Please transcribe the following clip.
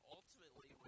Ultimately